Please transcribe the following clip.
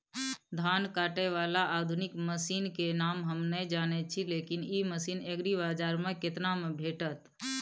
धान काटय बाला आधुनिक मसीन के नाम हम नय जानय छी, लेकिन इ मसीन एग्रीबाजार में केतना में भेटत?